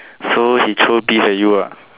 so he throw bees at you ah